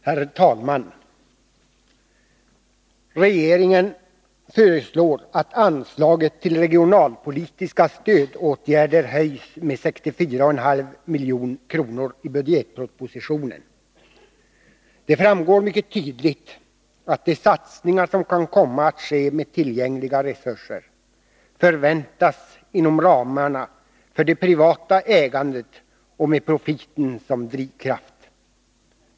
Herr talman! Regeringen föreslår i budgetpropositionen att anslaget till regionalpolitiska stödåtgärder höjs med 64,5 milj.kr. Det framgår mycket tydligt att de satsningar som kan komma att ske med tillgängliga resurser förväntas inom ramarna för det privata ägandet och med profiten som drivkraft.